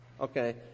Okay